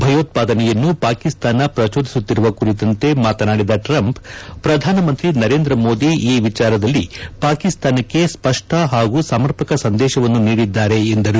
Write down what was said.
ಭಯೋತ್ವಾದನೆಯನ್ನು ಪಾಕಿಸ್ತಾನ ಪ್ರಚೋದಿಸುತ್ತಿರುವ ಕುರಿತಂತೆ ಮಾತನಾದಿದ ಟ್ರಂಪ್ ಪ್ರಧಾನ ಮಂತ್ರಿ ನರೇಂದ್ರ ಮೋದಿ ಈ ವಿಚಾರದಲ್ಲಿ ಪಾಕಿಸ್ತಾನಕ್ಕೆ ಸ್ವಷ್ನ ಹಾಗೂ ಸಮರ್ಪಕ ಸಂದೇಶವನ್ನು ನೀಡಿದ್ದಾರೆ ಎಂದರು